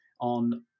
on